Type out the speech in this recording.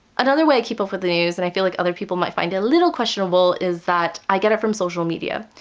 another way keep up with the news and i feel like other people might find it a little questionable is that i get it from social media.